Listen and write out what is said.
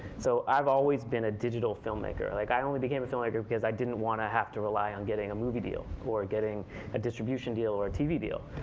so i've always been a digital filmmaker. like, i only became a filmmaker because i didn't want to have to rely on getting a movie deal or getting a distribution deal or a tv deal.